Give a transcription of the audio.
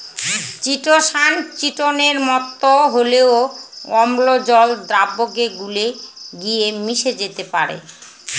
chitosan চিটোনের মতো হলেও অম্ল জল দ্রাবকে গুলে গিয়ে মিশে যেতে পারে